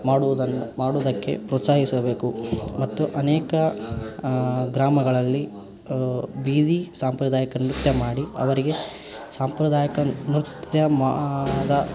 ಮಾಡುವುದನ್ನು ಮಾಡುವುದಕ್ಕೆ ಪ್ರೋತ್ಸಾಹಿಸಬೇಕು ಮತ್ತು ಅನೇಕ ಗ್ರಾಮಗಳಲ್ಲಿ ಬೀದಿ ಸಾಂಪ್ರದಾಯಿಕ ನೃತ್ಯ ಮಾಡಿ ಅವರಿಗೆ ಸಾಂಪ್ರದಾಯಿಕ ನೃತ್ಯ ಮಾದ